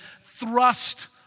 thrust